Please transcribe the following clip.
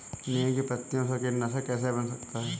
नीम की पत्तियों से कीटनाशक कैसे बना सकते हैं?